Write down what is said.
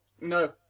no